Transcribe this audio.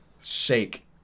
Shake